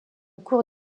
cours